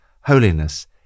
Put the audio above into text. holiness